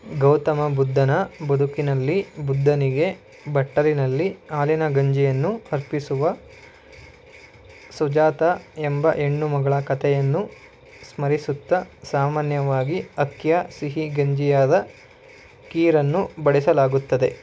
ಗೌತಮ ಬುದ್ಧನ ಬದುಕಿನಲ್ಲಿ ಬುದ್ಧನಿಗೆ ಬಟ್ಟಲಿನಲ್ಲಿ ಹಾಲಿನ ಗಂಜಿಯನ್ನು ಅರ್ಪಿಸುವ ಸುಜಾತ ಎಂಬ ಹೆಣ್ಣು ಮಗಳ ಕತೆಯನ್ನು ಸ್ಮರಿಸುತ್ತಾ ಸಾಮಾನ್ಯವಾಗಿ ಅಕ್ಕಿಯ ಸಿಹಿ ಗಂಜಿಯಾದ ಖೀರನ್ನು ಬಡಿಸಲಾಗುತ್ತದೆ